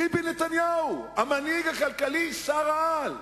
ביבי נתניהו, המנהיג הכלכלי, השר-על,